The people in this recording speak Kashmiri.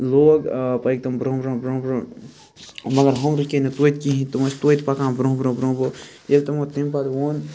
لوگ پٔکۍ تِم برونٛہہ برونٛہہ برونٛہہ لوگ ہُم رُکے نہٕ توتہِ کِہیٖنۍ تِم ٲسۍ توتہِ پَکان برونٛہ برونٛہہ برونٛہہ برونٛہہ ییٚلہِ تِم تمہِ پَتہٕ ووٚن